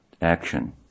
Action